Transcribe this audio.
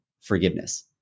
forgiveness